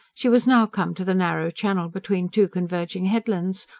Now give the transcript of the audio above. she was now come to the narrow channel between two converging headlands,